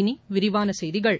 இனி விரிவான செய்திகள்